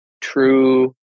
true